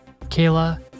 Kayla